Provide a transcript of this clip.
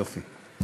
יופי.